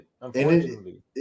Unfortunately